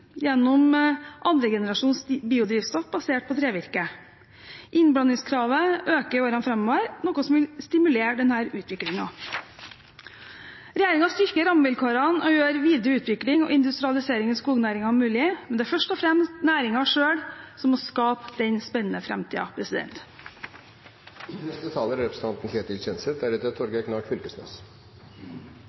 gjennom andregenerasjons biodrivstoff basert på trevirke. Innblandingskravet øker i årene framover, noe som stimulerer denne utviklingen. Regjeringen styrker rammevilkårene og gjør videre utvikling og industrialisering av skognæringen mulig. Men det er først og fremst næringen selv som må skape den spennende